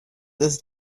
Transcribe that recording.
does